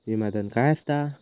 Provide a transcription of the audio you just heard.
विमा धन काय असता?